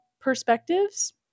perspectives